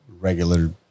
regular